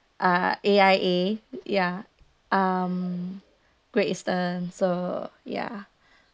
uh A_I_A ya um great eastern so ya